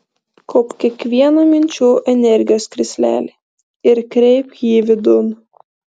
kaupk kiekvieną minčių energijos krislelį ir kreipk jį vidun